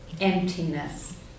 emptiness